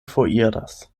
foriras